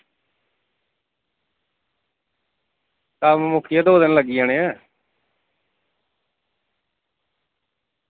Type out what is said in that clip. कम्म मुक्की गेआ दो दिन लग्गी जाने